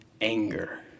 anger